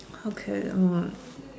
okay I'm